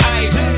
ice